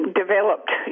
developed